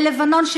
בלבנון,